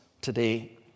today